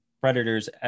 Predators